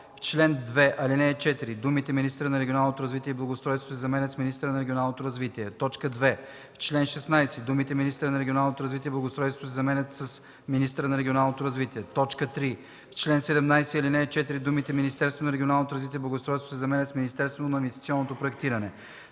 чл. 2, ал. 4 думите „министъра на регионалното развитие и благоустройството” се заменят с „министъра на регионалното развитие”. 2. В чл. 16 думите „министъра на регионалното развитие и благоустройството” се заменят с „министъра на регионалното развитие”. 3. В чл. 17, ал. 4 думите „Министерството на регионалното развитие и благоустройството” се заменят с „Министерството на инвестиционното проектиране”.